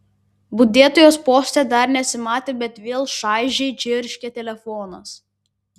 budėtojos poste dar nesimatė bet vėl šaižiai čirškė telefonas